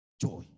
joy